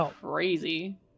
crazy